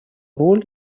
роль